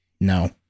No